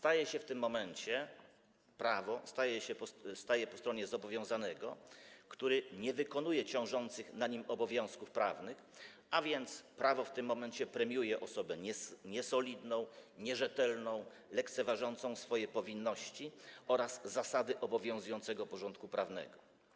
Prawo w tym momencie staje po stronie zobowiązanego, który nie wykonuje ciążących na nim obowiązków prawnych, a więc prawo w tym momencie premiuje osobę niesolidną, nierzetelną, lekceważącą swoje powinności oraz zasady obowiązującego porządku prawnego.